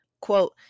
Quote